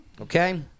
Okay